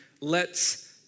lets